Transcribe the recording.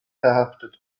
verhaftet